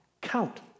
count